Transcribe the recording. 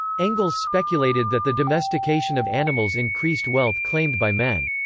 engels speculated that the domestication of animals increased wealth claimed by men.